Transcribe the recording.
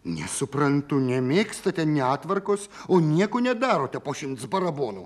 nesuprantu nemėgstate netvarkos o nieko nedarote po šimts barabonų